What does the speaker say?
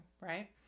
right